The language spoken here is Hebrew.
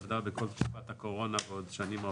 עבדה בכל תקופת הקורונה ועוד שנים רבות,